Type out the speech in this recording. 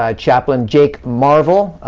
ah chaplain jake marvel,